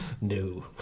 No